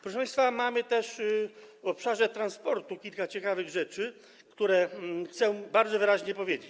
Proszę państwa, mamy też w obszarze transportu kilka ciekawych rzeczy, o których chcę bardzo wyraźnie powiedzieć.